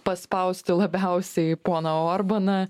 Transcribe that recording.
paspausti labiausiai poną orbaną